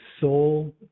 soul